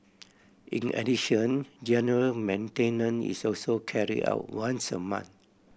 in addition general maintenance is also carry out once a month